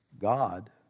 God